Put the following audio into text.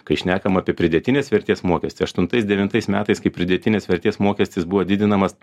kai šnekam apie pridėtinės vertės mokestį aštuntais devintais metais kai pridėtinės vertės mokestis buvo didinamas